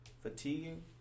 fatiguing